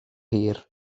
hir